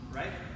right